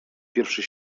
pierwszy